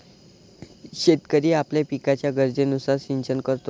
शेतकरी आपल्या पिकाच्या गरजेनुसार सिंचन करतो